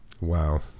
wow